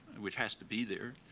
which has to be there,